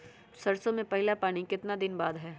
सरसों में पहला पानी कितने दिन बाद है?